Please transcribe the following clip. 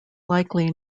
likely